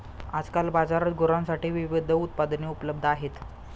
आजकाल बाजारात गुरांसाठी विविध उत्पादने उपलब्ध आहेत